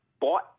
bought